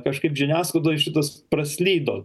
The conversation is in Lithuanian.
kažkaip žiniasklaidoj šitas praslydo